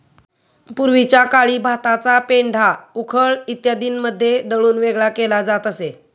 पूर्वीच्या काळी भाताचा पेंढा उखळ इत्यादींमध्ये दळून वेगळा केला जात असे